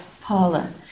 Paula